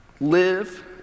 Live